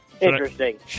Interesting